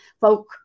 folk